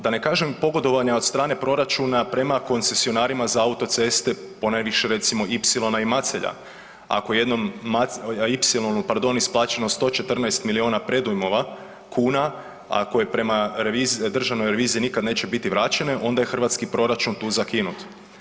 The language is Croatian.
Da ne kažem pogodovanja od strana proračuna prema koncesionarima za autoceste, ponajviše recimo Y-na i Macelja, ako je jednom Macelju, Y-onu pardon, isplaćeno 114 milijuna predujmova kuna, ako je prema državnoj reviziji nikad neće biti vraćene, onda je hrvatski proračun tu zakinut.